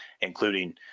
including